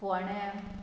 फोंण्या